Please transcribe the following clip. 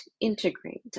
integrate